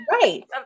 Right